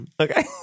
Okay